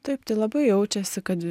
taip tai labai jaučiasi kad